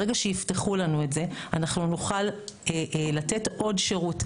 ברגע שיפתחו לנו את זה אנחנו נוכל לתת עוד שירות.